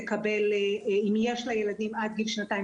תקבל אם יש לה ילדים עד גיל שנתיים,